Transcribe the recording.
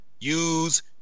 use